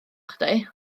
chdi